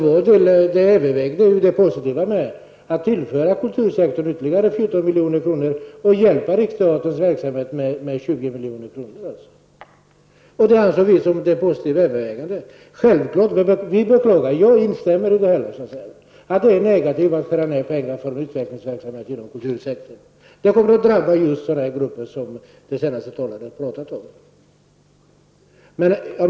Vi övervägde det positiva att tillföra kultursektorn ytterligare 14 milj.kr. och ge Riksteaterns verksamhet 20 milj.kr. Jag instämmer i att det är negativt att ta pengar från utvecklingsverksamhet inom kultursektorn. Det kommer att drabba just sådana grupper som den senaste talaren tog upp.